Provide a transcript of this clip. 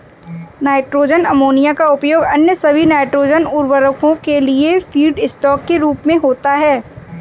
nitrogen ammonia का उपयोग अन्य सभी नाइट्रोजन उवर्रको के लिए फीडस्टॉक के रूप में होता है